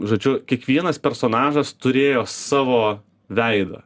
žodžiu kiekvienas personažas turėjo savo veidą